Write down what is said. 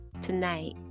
tonight